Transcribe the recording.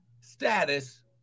status